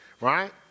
right